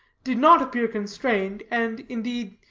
did not appear constrained, and, indeed,